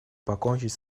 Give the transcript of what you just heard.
покончить